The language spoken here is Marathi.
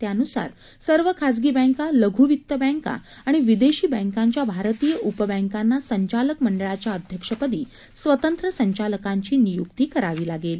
त्यानुसार सर्व खासगी बँका लघु वित्त बँका आणि विदेशी बँकांच्या भारतीय उप बँकांना संचालक मंडळाच्या अध्यक्षपदी स्वतंत्र संचालकांची नियुक्ती करावी लागेल